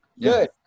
Good